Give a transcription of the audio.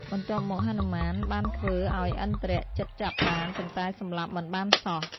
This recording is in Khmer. បន្ទាប់មកហនុមាន បានធ្វើ ឱ្យឥន្ទ្រជិតចាប់បាន ប៉ុន្តែសម្លាប់មិនបានសោះ។